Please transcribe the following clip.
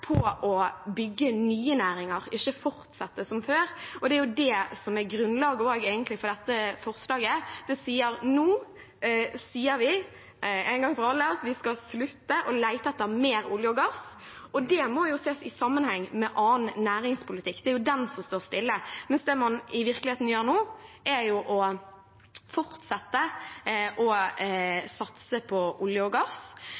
på å bygge nye næringer, ikke fortsette som før. Det er det som er grunnlaget for dette forslaget også. Det sier at nå skal vi si, en gang for alle, at vi skal slutte å lete etter mer olje og gass. Det må ses i sammenheng med annen næringspolitikk. Det er jo den som står stille. Det man i virkeligheten gjør nå, er å fortsette å satse på olje og gass.